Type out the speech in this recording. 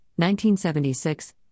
1976